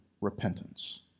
repentance